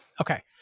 Okay